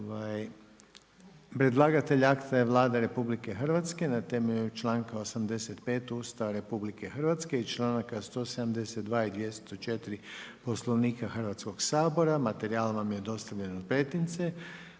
Predlagatelj je Vlada Republike Hrvatske, na temelju članaka 85. Ustava Republike Hrvatske i članka 172. Poslovnika Hrvatskog sabora. Materijal je dostavljen svim